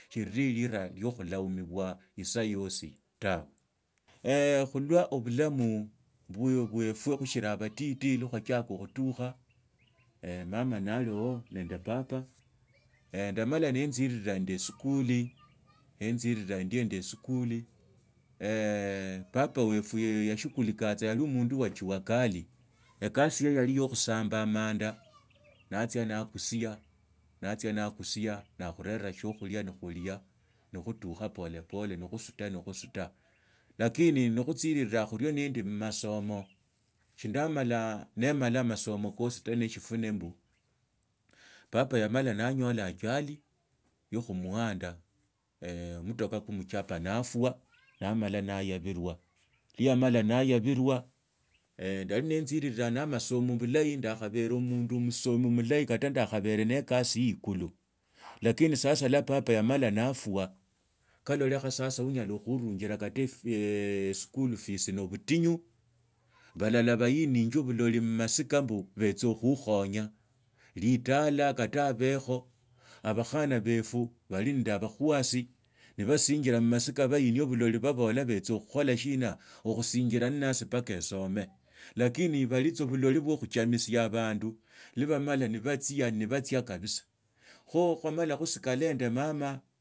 Shirili erila lio khulaumbiwa esaa yosi tawe khalia obulamu bwefwa khushili abatiti kwa kwachiaka khutukha mama naliha nende esikuli papa ndamala ninzirira nende esikuli nenziriraa endio nende esikuli papa yerwe yashughulika tsa yali omundu wajua kali ekasu yiye yali yakhusamba amanda natsia naakusiab naatsia naakusia nakhurera shiokhulia nekhulia nekhutukha polepole nekhusuta nekhusuta lakini nikhutsiriraa khulia nindi mumasoma shindamala nemala amasomo kosi ta neshifuna mbu papa yamala naanyola ajali yokhumuhanda mutaka kumuchapa naarwa naamala nayabilwa iwa yamala nayaabilwa ndali nitnziriraa na amasomo bulahi ndakhabere mundu musomi mulahi kata ndakhabere neekasi ye ikulu lakini sasa papa iwa yamala naarwa kalelekha tsa kata woonya kata khuurungila ereesi nobutingu balaha ba ninjwa buloli mumaseka mbu bechakhukhonya litaala kata obekho abakhana befu bali nende abakhwasi nabasinjira mumasika nibahihia nnasi mbaka esome lakini bwali tsa bulali bwa khuchamisia abandu lwa bamala nebatsia nabatsia kabisa kho khwamala khusikala nende mama.